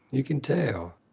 you can tell.